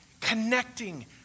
connecting